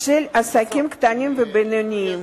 של עסקים קטנים ובינוניים,